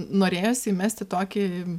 norėjosi įmest į tokį